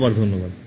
আবার ধন্যবাদ